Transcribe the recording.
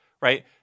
right